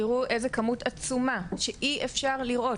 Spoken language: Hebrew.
תיראו איזה כמות עצומה שאי אפשר לראות.